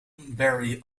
berry